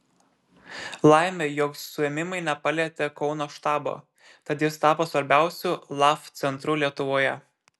laimė jog suėmimai nepalietė kauno štabo tad jis tapo svarbiausiu laf centru lietuvoje